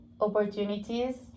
opportunities